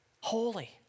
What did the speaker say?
holy